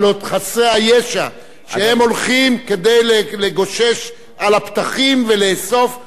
שהם הולכים כדי לקושש על הפתחים ולאסוף אוכל לפני חגים כאלו או אחרים.